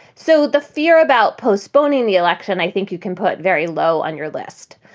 so the fear about postponing the election. i think you can put very low on your list.